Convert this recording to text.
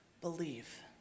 believe